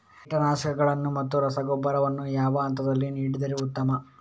ಕೀಟನಾಶಕಗಳನ್ನು ಮತ್ತು ರಸಗೊಬ್ಬರವನ್ನು ಯಾವ ಹಂತದಲ್ಲಿ ನೀಡಿದರೆ ಉತ್ತಮ?